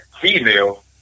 female